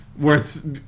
worth